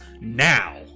now